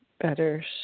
better